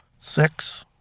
six.